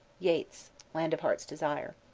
yeats land of heart's desire.